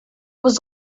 was